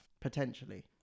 potentially